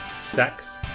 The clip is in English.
sex